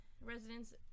residents